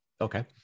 okay